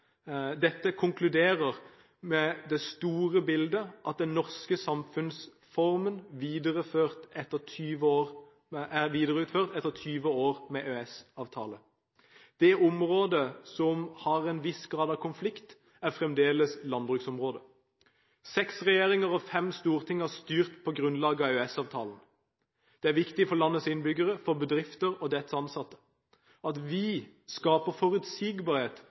dette, konkluderer med det store bildet at den norske samfunnsformen er videreført etter 20 år med EØS-avtalen. Det området som har en viss grad av konflikt, er fremdeles landbruksområdet. Seks regjeringer og fem storting har styrt på grunnlag av EØS-avtalen. Det er viktig for landets innbyggere, for bedrifter og deres ansatte at vi skaper forutsigbarhet